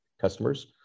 customers